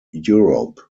europe